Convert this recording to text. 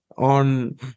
on